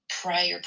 prior